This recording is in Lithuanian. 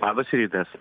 labas rytas